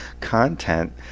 content